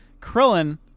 Krillin